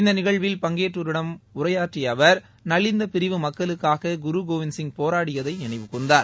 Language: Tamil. இந்த நிகழ்வில் பங்கேற்றோரிடம் உரையாற்றிய அவர் நவிந்த பிரிவு மக்களுக்காக குருகோவிந்த் சிங் போராடியதை நினைவு கூர்ந்தார்